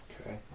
Okay